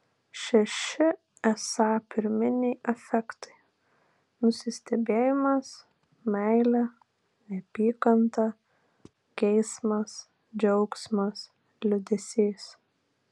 šeši esą pirminiai afektai nusistebėjimas meilė neapykanta geismas džiaugsmas liūdesys